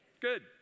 Good